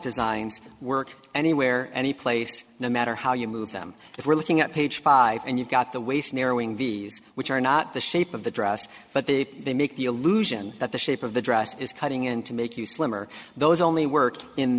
not work anywhere anyplace no matter how you move them if we're looking at page five and you've got the waist narrowing the which are not the shape of the dress but the they make the illusion that the shape of the dress is cutting in to make you slimmer those only work in